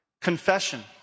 Confession